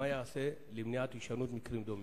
4. מה ייעשה למניעת מקרים דומים?